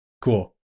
cool